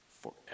forever